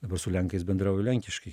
dabar su lenkais bendrauju lenkiškai